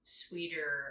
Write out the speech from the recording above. sweeter